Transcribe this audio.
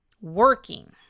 working